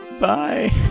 bye